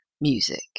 music